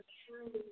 true